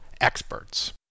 experts